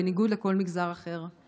בניגוד לכל מגזר אחר.